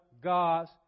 God's